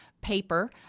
paper